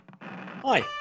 Hi